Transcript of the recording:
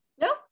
No